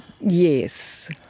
Yes